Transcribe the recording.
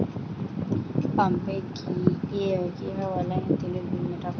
পাম্পে গিয়ে কিভাবে অনলাইনে তেলের বিল মিটাব?